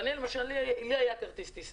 אבל לי היה כרטיס טיסה,